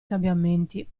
cambiamenti